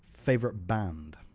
favourite band?